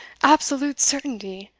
absolute certainty!